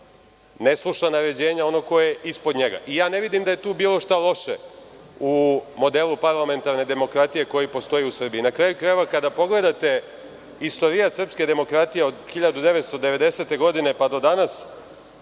ne sluša naređenja onog ko je ispod njega. Ne vidim da je tu bilo šta loše u modelu parlamentarne demokratija koji postoji u Srbiji. Na kraju krajeva, kada pogledate istorijat srpske demokratije od 1990. godine pa do danas,